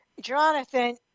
Jonathan